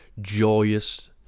joyous